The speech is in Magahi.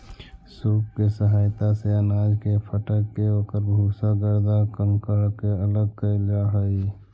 सूप के सहायता से अनाज के फटक के ओकर भूसा, गर्दा, कंकड़ के अलग कईल जा हई